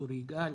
צור יגאל,